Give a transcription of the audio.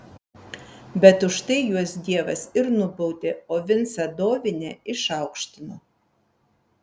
bet už tai juos dievas ir nubaudė o vincą dovinę išaukštino